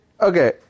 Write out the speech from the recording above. okay